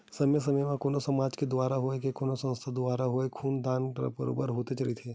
समे समे म कोनो समाज के दुवारा होवय ते कोनो संस्था के दुवारा होवय खून दान बरोबर होतेच रहिथे